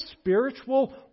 spiritual